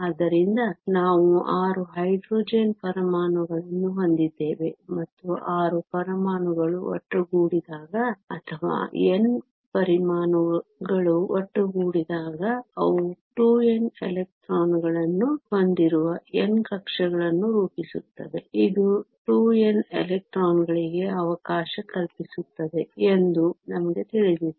ಆದ್ದರಿಂದ ನಾವು 6 ಹೈಡ್ರೋಜನ್ ಪರಮಾಣುಗಳನ್ನು ಹೊಂದಿದ್ದೇವೆ ಮತ್ತು 6 ಪರಮಾಣುಗಳು ಒಟ್ಟುಗೂಡಿದಾಗ ಅಥವಾ n ಪರಮಾಣುಗಳು ಒಟ್ಟುಗೂಡಿದಾಗ ಅವು 2n ಎಲೆಕ್ಟ್ರಾನ್ಗಳನ್ನು ಹೊಂದಿರುವ n ಕಕ್ಷೆಗಳನ್ನು ರೂಪಿಸುತ್ತವೆ ಇದು 2n ಎಲೆಕ್ಟ್ರಾನ್ಗಳಿಗೆ ಅವಕಾಶ ಕಲ್ಪಿಸುತ್ತದೆ ಎಂದು ನಮಗೆ ತಿಳಿದಿದೆ